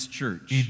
church